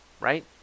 right